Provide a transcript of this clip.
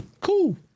cool